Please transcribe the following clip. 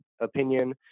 opinion